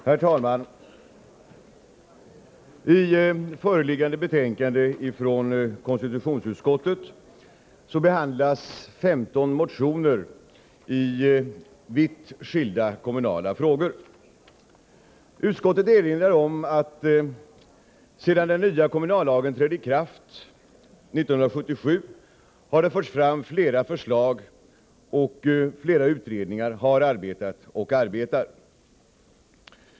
Herr talman! I föreliggande betänkande från konstitutionsutskottet behandlas 15 motioner i vitt skilda kommunala frågor. Utskottet erinrar om att sedan den nya kommunallagen trädde i kraft 1977 har det förts fram flera förslag och flera utredningar har arbetat och arbetar.